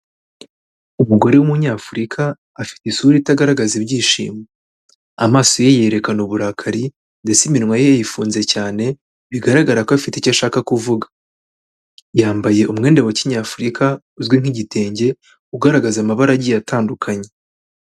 Umugore w'umunyafurika afite isura itagaragaza ibyishimo. Amaso ye yerekana uburakari, ndetse iminwa ye yayifunze cyane bigaragara ko afite icyo ashaka kuvuga. Yambaye umwenda mu kinyafurika uzwi nk'igitenge ugaragaza amabara agiye atandukanye.